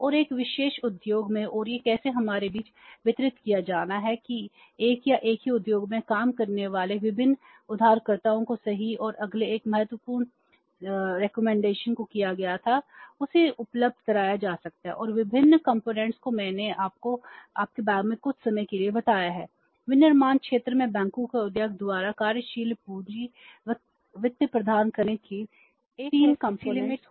और एक विशेष उद्योग में और यह कैसे हमारे बीच वितरित किया जाना है कि एक या एक ही उद्योग में काम करने वाले विभिन्न उधारकर्ताओं को सही और अगले एक महत्वपूर्ण सिफारिश को किया गया था इसे उपलब्ध कराया जा सकता है और विभिन्न घटकों को मैंने आपको बैग में कुछ समय के लिए बताया है विनिर्माण क्षेत्र में बैंकों को उद्योग द्वारा कार्यशील पूंजी वित्त प्रदान करने के 3 घटक हो सकते हैं